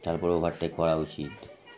তারপর ওভারটেক করা উচিত